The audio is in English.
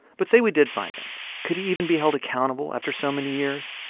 but say we did find him could he even be held accountable after so many years?